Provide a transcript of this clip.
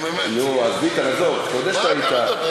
נו, באמת.